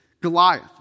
Goliath